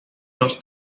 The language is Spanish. los